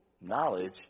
knowledge